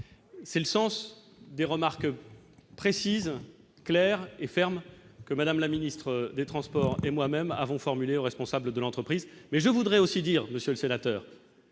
c'est le sens des remarques précises, claires et fermes que Madame la ministre des Transports et moi-même avons formulé aux responsables de l'entreprise, mais je voudrais aussi dire monsieur le sénateur,